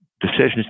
decisions